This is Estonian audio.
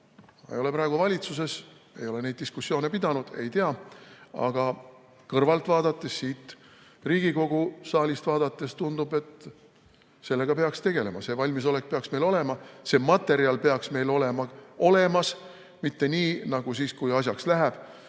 Ma ei ole praegu valitsuses, ei ole neid diskussioone pidanud, aga kõrvalt vaadates, siit Riigikogu saalist vaadates tundub, et sellega peaks tegelema. See valmisolek peaks meil olema, see materjal peaks meil olemas olema. Mitte nii, et kui asjaks läheb,